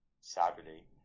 Saturday